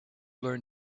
learn